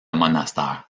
monastères